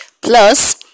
plus